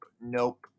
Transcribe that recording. nope